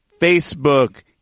Facebook